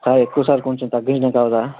sir ఎక్కువ sir కొంచెం తగ్గించడానికి అవ్వదా